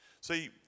See